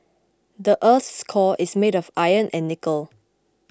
the earth's core is made of iron and nickel